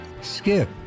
skip